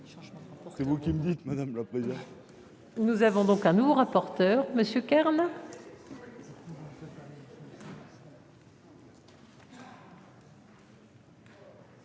que vous qui le dites, madame la présidente. Nous avons donc à nouveau rapporteur Monsieur Kern.